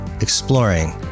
exploring